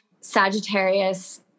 Sagittarius